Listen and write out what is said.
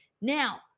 Now